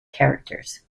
characters